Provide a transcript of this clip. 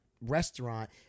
restaurant